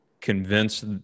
convince